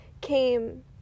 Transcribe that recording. came